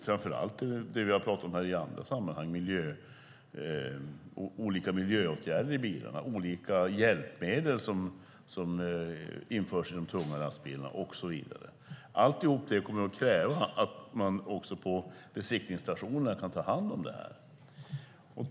Framför allt gäller det olika miljöåtgärder i bilarna, olika hjälpmedel som införs i de tunga lastbilarna och så vidare. Det kommer att kräva att man också på besiktningsstationerna kan ta hand om detta.